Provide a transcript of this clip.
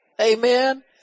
Amen